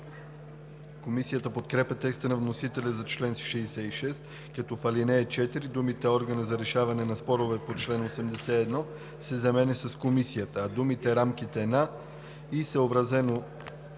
Комисията подкрепя текста на вносителя за чл. 66, като в ал. 4 думите „органа за решаване на спорове по чл. 81“ се заменят с „Комисията“, а думите „рамките на“ и „съобразно